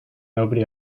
nobody